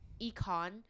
econ